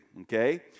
okay